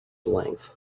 length